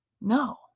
No